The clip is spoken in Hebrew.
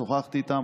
שוחחתי איתה,